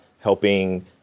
helping